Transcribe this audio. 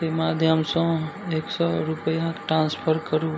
के माध्यमसँ एक सओ रुपैआ ट्रांसफर करू